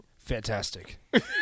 Fantastic